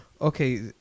Okay